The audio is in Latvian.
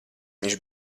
viņš